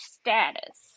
status